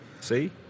See